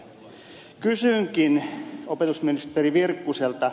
kysynkin opetusministeri virkkuselta